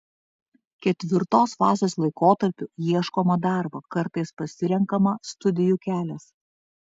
ketvirtos fazės laikotarpiu ieškoma darbo kartais pasirenkama studijų kelias